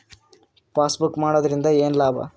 Passbook ಮಾಡುದರಿಂದ ಏನು ಲಾಭ?